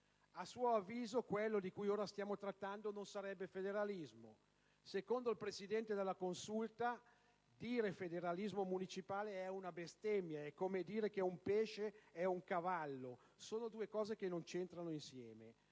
A suo avviso quello di cui ora stiamo trattando non sarebbe federalismo: secondo il Presidente della Consulta, «Dire federalismo municipale è una bestemmia: è come dire che un pesce è un cavallo, sono due cose che non stanno insieme».